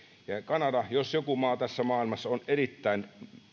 ja kanada jos joku maa tässä maailmassa on erittäin